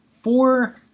Four